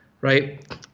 right